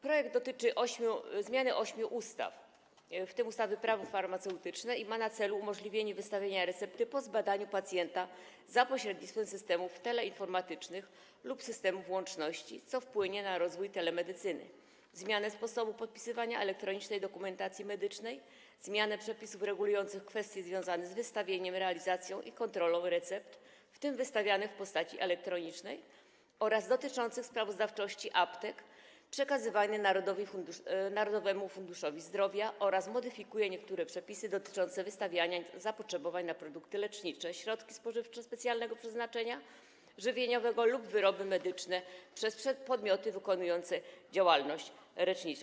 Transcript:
Projekt dotyczy zmiany ośmiu ustaw, w tym ustawy Prawo farmaceutyczne, i ma na celu umożliwienie wystawienia recepty po zbadaniu pacjenta za pośrednictwem systemów teleinformatycznych lub systemów łączności, co wpłynie na rozwój telemedycyny, zmianę sposobu podpisywania elektronicznej dokumentacji medycznej, zmianę przepisów regulujących kwestie związane z wystawieniem, realizacją i kontrolą recept, w tym wystawianych w postaci elektronicznej, dotyczy sprawozdawczości aptek przekazywanej Narodowemu Funduszowi Zdrowia oraz modyfikuje niektóre przepisy dotyczące wystawiania zapotrzebowań na produkty lecznicze, środki spożywcze specjalnego przeznaczenia żywieniowego lub wyroby medyczne przez podmioty wykonujące działalność leczniczą.